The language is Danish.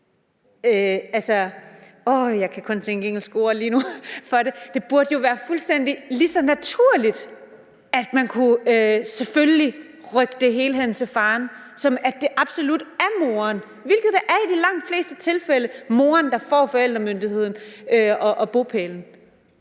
det lige nu – fuldstændig ligeså naturligt, at man selvfølgelig kunne rykke det hele hen til faren, som at det absolut altid er moren, hvilket det er i langt de fleste tilfælde, altså moren, der får forældremyndigheden og bopælen.